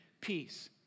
peace